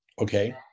Okay